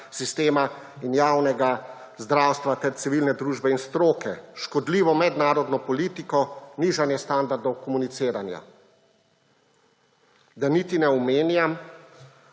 in javnega zdravstva ter civilne družbe in stroke, škodljivo mednarodno politiko, nižanje standardov komuniciranja. Da niti ne omenjam,